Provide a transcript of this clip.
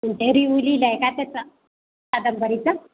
review लिहिला आहे का तसं कादंबरीचा